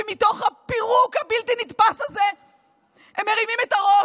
ומתוך הפירוק הבלתי-נתפס הזה הם מרימים את הראש.